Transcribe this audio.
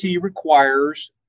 requires